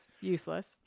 useless